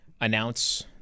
announce